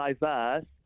diverse